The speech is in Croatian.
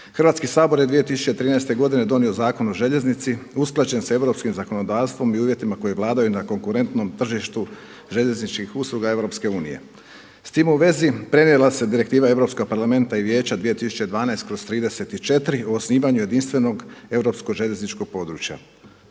Hrvatski sabor je 2013. godine donio Zakon o željeznici usklađen sa europskim zakonodavstvom i uvjetima koji vladaju na konkurentnom tržištu željezničkih usluga EU. S tim u vezi prenijela se direktiva Europskog parlamenta i Vijeća 2012./34 o osnivanju jedinstvenog europskog željezničkog područja.